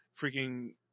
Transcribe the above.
freaking